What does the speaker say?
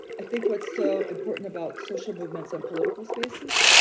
i think what's so important about social movements and political spaces,